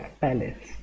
palace